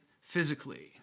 physically